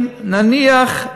נניח,